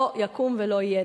לא יקום ולא יהיה.